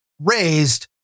raised